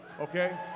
okay